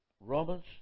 Romans